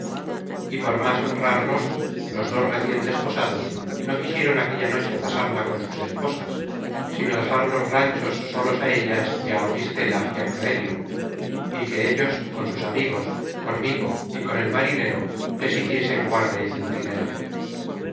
y por más honrarlos los dos recien desposados no quisieron aquella noche pasarla con sus esposas sino dejar los ranchos solos á ellas y á auristela y á cloelia y que ellos con sus amigos conmigo y con el marinero les hiciesen guarda y centinela